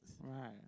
Right